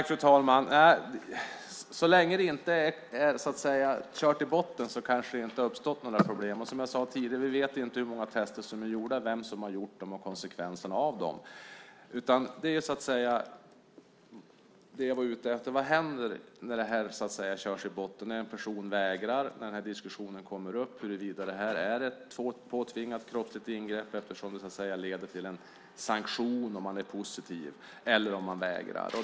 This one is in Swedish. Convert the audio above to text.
Fru talman! Så länge det inte är kört i botten kanske det inte har uppstått några problem. Som jag sade tidigare vet vi inte hur många tester som är gjorda, vem som har gjort dem och konsekvenserna av dem. Det jag var ute efter är vad som händer när det här körs i botten, när en person vägrar, när diskussionen kommer upp huruvida det är ett påtvingat kroppsligt ingrepp eftersom det leder till en sanktion om man är positiv eller om man vägrar.